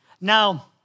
Now